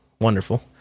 wonderful